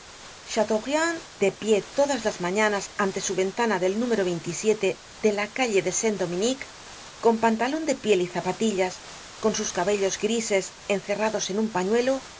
de pie todas las mañanas ante su ventana del número de la calle de saint dominique con pantalon de piel y zapatillas con sus cabellos grises encerrados en un pañuelo los